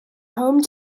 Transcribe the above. home